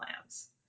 plans